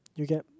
you get